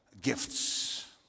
gifts